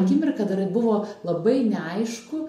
akimirką dar buvo labai neaišku